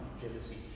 jealousy